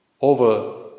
over